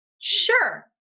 Sure